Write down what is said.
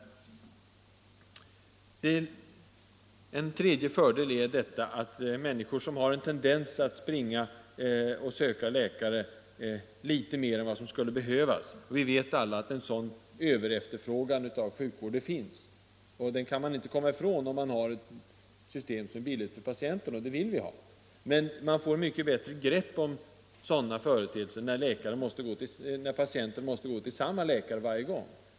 Den tredje stora fördelen är att människor som har en tendens att — Utbyggnad av söka läkare litet oftare än nödvändigt — vi vet alla att en sådan över — hälsooch sjukvård, efterfrågan på sjukvård finns, och den kan man inte komma ifrån om m.m. man har ett system som är billigt för patienten, och det vill vi ha — kan läkaren få en mycket bättre uppfattning om, när patienten måste gå till samma läkare varje gång.